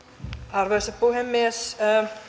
arvoisa puhemies